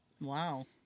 Wow